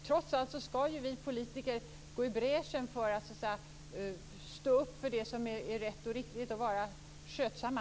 Trots allt skall ju vi politiker gå i bräschen för att stå upp för det som är rätt och riktigt och vara skötsamma.